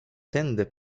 tędy